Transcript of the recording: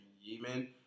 Yemen